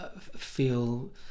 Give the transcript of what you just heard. feel